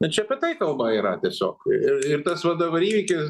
na čia apie tai kalba yra tiesiog ir ir tas va dabar įvykis